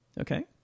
Okay